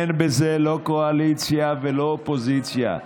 אין בזה לא קואליציה ולא אופוזיציה.